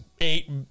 Eight